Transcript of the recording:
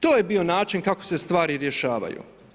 To je bio način kako se stvari rješavaju.